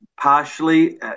partially